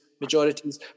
majorities